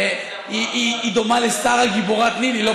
היא דומה לשרה גיבורת ניל"י,